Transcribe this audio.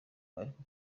ariko